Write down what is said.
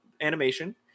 animation